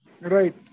Right